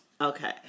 okay